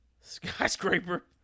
skyscraper